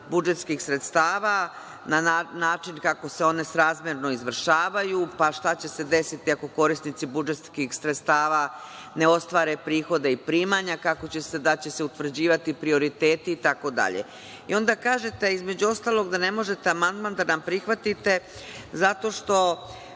budžetskih sredstava na način kako se one srazmerno izvršavaju, pa šta će se desiti ako korisnici budžetskih sredstava ne ostvare prihode i primanja, da li će se utvrđivati prioriteti, itd. Onda kažete, između ostalog, da ne možete amandman da nam prihvatite zato što